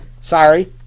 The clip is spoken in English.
Sorry